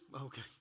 Okay